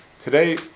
Today